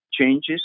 changes